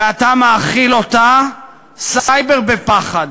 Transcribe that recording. ואתה מאכיל אותה סייבר בפחד.